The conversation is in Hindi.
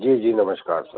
जी जी नमस्कार सर